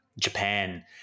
Japan